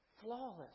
flawless